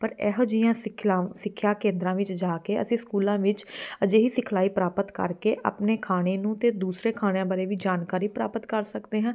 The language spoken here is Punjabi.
ਪਰ ਇਹੋ ਜਿਹੀਆਂ ਸਿਖਲਾਵਾਂ ਸਿੱਖਿਆ ਕੇਂਦਰਾਂ ਵਿੱਚ ਜਾ ਕੇ ਅਸੀਂ ਸਕੂਲਾਂ ਵਿੱਚ ਅਜਿਹੀ ਸਿਖਲਾਈ ਪ੍ਰਾਪਤ ਕਰਕੇ ਆਪਣੇ ਖਾਣੇ ਨੂੰ ਅਤੇ ਦੂਸਰੇ ਖਾਣਿਆਂ ਬਾਰੇ ਵੀ ਜਾਣਕਾਰੀ ਪ੍ਰਾਪਤ ਕਰ ਸਕਦੇ ਹਾਂ